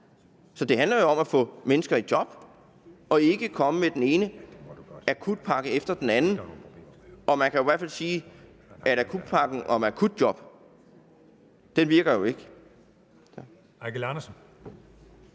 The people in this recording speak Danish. Så det handler jo om at få mennesker i job og ikke at komme med den ene akutpakke efter den anden. Og man kan da i hvert fald sige, at akutjobpakken jo ikke virker. Kl.